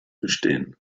bestehen